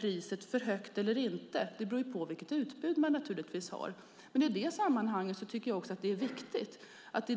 priset är för högt eller inte beror naturligtvis på vilket utbud man har.